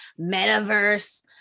metaverse